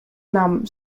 nam